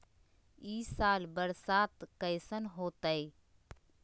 ई साल बरसात कैसन होतय?